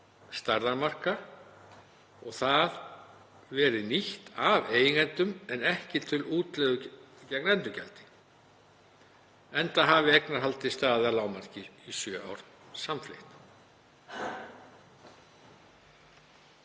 stærðarmarka og að það verið nýtt af eigendum en ekki til útleigu gegn endurgjaldi, enda hafi eignarhaldið staðið að lágmarki í sjö ár samfleytt.